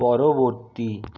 পরবর্তী